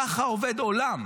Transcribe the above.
ככה עובד עולם.